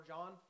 John